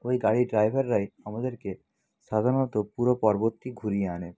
ওই গাড়ির ড্রাইভাররাই আমাদেরকে সাধারণত পুরো পর্বতটি ঘুরিয়ে আনে